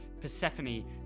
Persephone